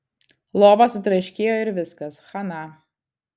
lova sutraškėjo ir viskas chana